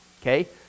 Okay